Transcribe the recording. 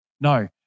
No